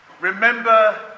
remember